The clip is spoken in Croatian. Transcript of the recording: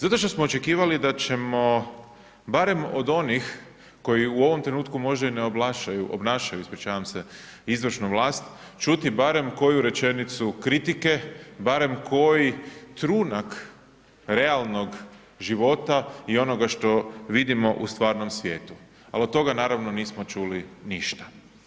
Zato što smo očekivali da ćemo barem od onih koji u ovom trenutku možda i ne obnašaju izvršnu vlast čuti, barem koju rečenicu kritike, barem koji trunak realnog života i onoga što vidimo u stvarnom svijetu ali od toga naravno nismo čuli ništa.